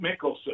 Mickelson